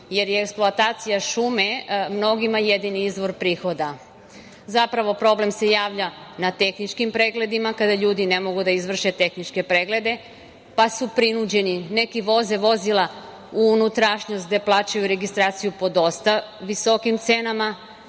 jer je eksploatacija šume mnogima jedini izvor prihoda. Zapravo, problem se javlja na tehničkim pregledima, kada ljudi ne mogu da izvrše tehničke preglede, pa su prinuđeni, neki voze vozila u unutrašnjost, gde plaćaju registraciju po dosta visokim cenama,